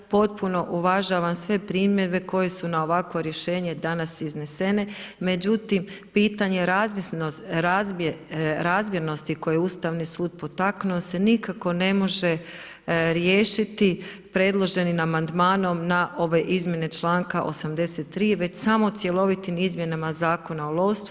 Potpuno uvažavam sve primjedbe koje su na ovakvo rješenje danas iznesene, međutim pitanje razmjernosti koje je Ustavni sud potaknuo se nikako ne može riješiti predloženim amandmanom na ove izmjene članka 83. već samo cjelovitim izmjenama Zakona o lovstvu.